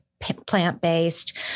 plant-based